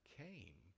came